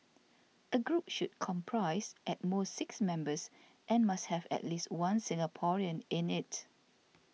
a group should comprise at most six members and must have at least one Singaporean in it